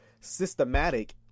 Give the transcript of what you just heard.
systematic